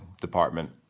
department